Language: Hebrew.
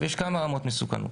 יש כמה רמות מסוכנות.